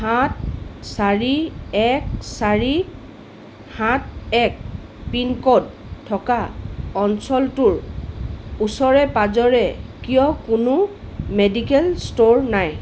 সাত চাৰি এক চাৰি সাত এক পিন ক'ড থকা অঞ্চলটোৰ ওচৰে পাঁজৰে কিয় কোনো মেডিকেল ষ্ট'ৰ নাই